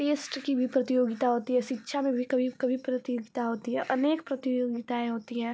test की भी प्रतियोगिता होती है शिक्षा में भी कभी कभी प्रतियोगिता होती है अनेक प्रतियोगिताएँ होती है